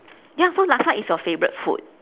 ya so laksa is your favourite food